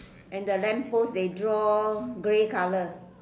and the lamp post they draw grey color